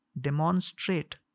demonstrate